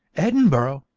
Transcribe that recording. edinburgh?